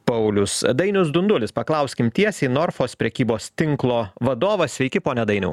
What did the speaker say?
paulius dainius dundulis paklauskim tiesiai norfos prekybos tinklo vadovas sveiki pone dainiau